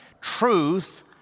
Truth